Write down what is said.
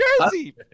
jersey